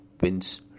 wins